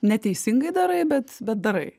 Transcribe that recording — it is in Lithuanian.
neteisingai darai bet bet darai